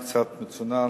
אני קצת מצונן,